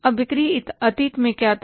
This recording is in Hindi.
अब बिक्री अतीत में क्या था